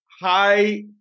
hi